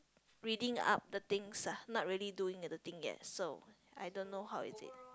reading up the things ah not really doing other thing yet so I don't know how is it